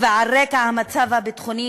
ועל רקע המצב הביטחוני,